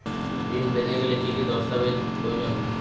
ঋণ পেতে গেলে কি কি দস্তাবেজ প্রয়োজন?